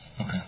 Okay